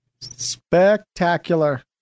Spectacular